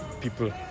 people